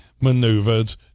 maneuvered